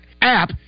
app